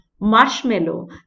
marshmallow